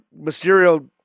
Mysterio